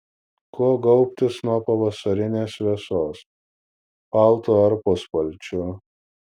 kuo gaubtis nuo pavasarinės vėsos paltu ar puspalčiu